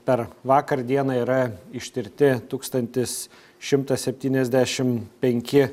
per vakar dieną yra ištirti tūkstantis šimtas septyniasdešimt penki